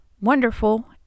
wonderful